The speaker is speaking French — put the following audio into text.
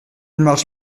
marche